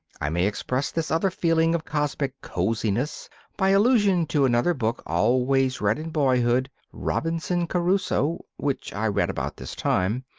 i may express this other feeling of cosmic cosiness by allusion to another book always read in boyhood, robinson crusoe, which i read about this time,